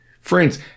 Friends